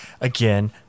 Again